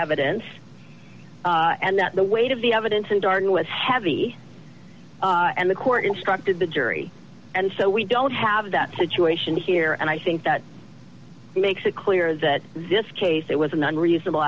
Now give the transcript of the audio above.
evidence and that the weight of the evidence in darden was heavy and the court instructed the jury and so we don't have that situation here and i think that makes it clear that this case it was an unreasonable